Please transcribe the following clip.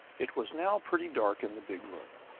it was now pretty dark in the big room.